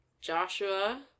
Joshua